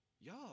Y'all